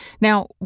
Now